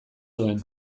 duen